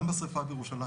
גם בשריפה בירושלים,